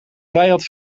vijand